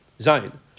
Zion